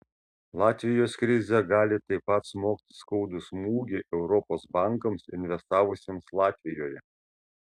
latvijos krizė gali taip pat smogti skaudų smūgį europos bankams investavusiems latvijoje